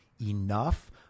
enough